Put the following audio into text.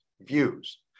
views